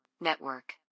Network